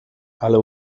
ale